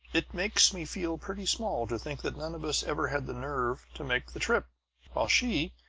it makes me feel pretty small, to think that none of us ever had the nerve to make the trip while she,